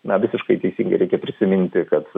na visiškai teisingai reikia prisiminti kad